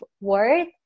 worth